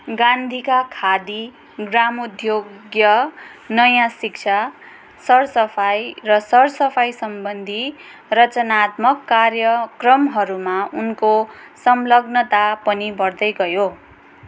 गान्धीका खादी ग्रामोद्योग नयाँ शिक्षा सरसफाइ र सरसफाइसम्बन्धी रचनात्मक कार्यक्रमहरूमा उनको संलग्नता पनि बढ्दै गयो